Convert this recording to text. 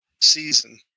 season